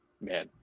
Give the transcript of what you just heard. man